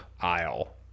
aisle